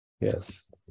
Yes